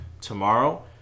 tomorrow